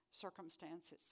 circumstances